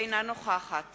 אינה נוכחת